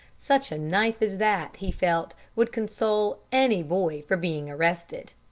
such a knife as that, he felt, would console any boy for being arrested.